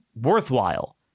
worthwhile